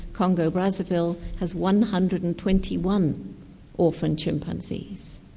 congo brazaville, has one hundred and twenty one orphan chimpanzees.